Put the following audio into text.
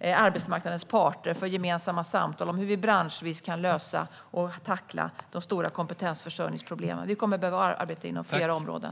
arbetsmarknadens parter för gemensamma samtal om hur vi branschvis kan tackla de stora kompetensförsörjningsproblemen. Vi kommer att behöva arbeta inom flera områden.